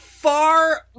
far